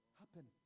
happen